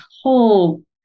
whole